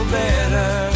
better